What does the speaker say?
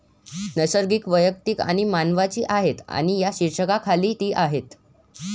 नैसर्गिक वैयक्तिक खाती मानवांची आहेत आणि या शीर्षकाखाली ती आहेत